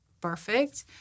perfect